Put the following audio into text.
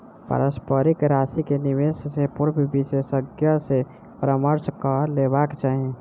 पारस्परिक राशि के निवेश से पूर्व विशेषज्ञ सॅ परामर्श कअ लेबाक चाही